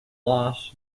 loss